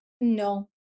No